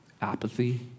apathy